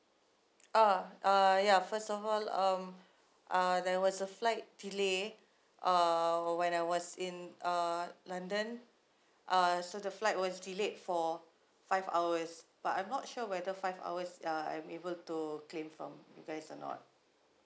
uh ya first of all um uh there was a flight delay uh when I was in uh london uh so the flight was delayed for five hours but I'm not sure whether five hours uh I'm able to claim from you guys or not